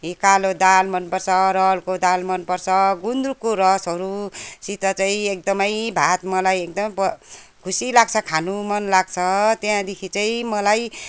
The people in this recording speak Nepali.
कालो दाल मनपर्छ रहरको दाल मनपर्छ गुन्द्रुकको रसहरूसित चाहिँ एकदमै भात मलाई एकदम खुसी लाग्छ खानु मनलाग्छ त्यहाँदेखि चाहिँ मलाई